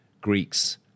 Greeks